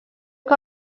que